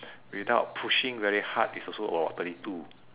without pushing very hard is also about thirty two